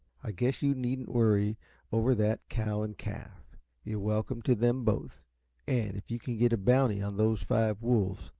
i guess you needn't worry over that cow and calf you're welcome to them both and if you can get a bounty on those five wolves,